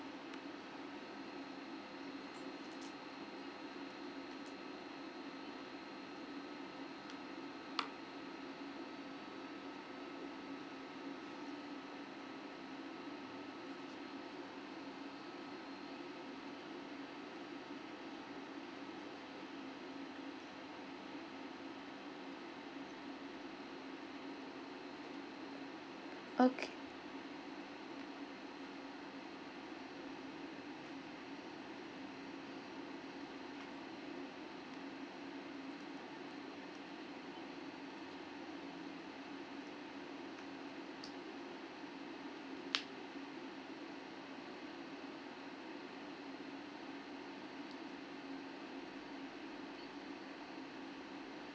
okay